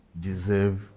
deserve